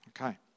Okay